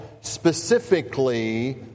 specifically